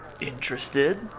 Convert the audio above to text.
Interested